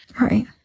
Right